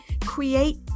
create